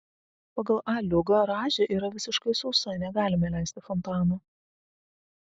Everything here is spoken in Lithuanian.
pagal a liugą rąžė yra visiškai sausa negalime leisti fontano